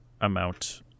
amount